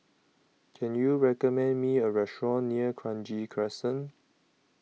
Can YOU recommend Me A Restaurant near Kranji Crescent